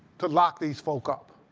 to lock these folk up.